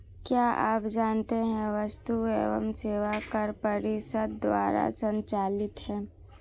क्या आप जानते है वस्तु एवं सेवा कर परिषद द्वारा संचालित है?